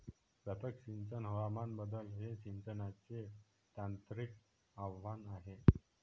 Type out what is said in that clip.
व्यापक सिंचन हवामान बदल हे सिंचनाचे तांत्रिक आव्हान आहे